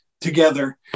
together